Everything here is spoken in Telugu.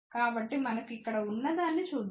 కాబట్టి మనకు ఇక్కడ ఉన్నదాన్ని చూద్దాం